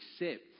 accept